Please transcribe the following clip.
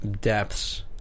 depths